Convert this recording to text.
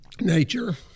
nature